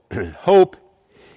hope